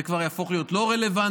זה כבר יהפוך להיות לא רלוונטי,